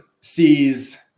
sees